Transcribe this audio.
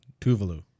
Tuvalu